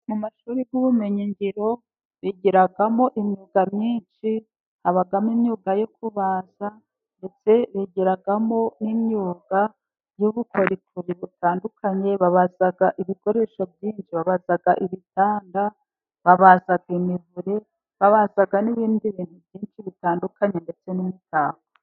Mu mashuri y'ubumenyi ngiro bigiramo imyuga myinshi. Habamo imyuga yo kubaza, ndetse bigiramo n'imyuga y'ubukorikori butandukanye. Babaza ibikoresho byinshi, babaza ibitanda, babaza imivure, babaza n'ibindi bintu byinshi bitandukanye, ndetse n'imitako.